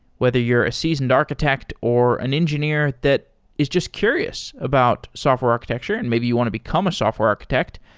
whether you're a seasoned architect or an engineer that is just curious about software architecture and maybe you want to become a software architect,